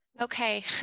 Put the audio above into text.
Okay